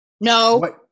No